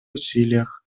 усилиях